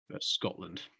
Scotland